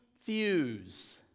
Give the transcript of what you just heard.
fuse